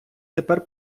тепер